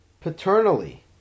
paternally